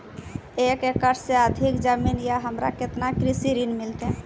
एक एकरऽ से अधिक जमीन या हमरा केतना कृषि ऋण मिलते?